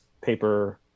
paper